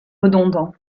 redondants